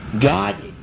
God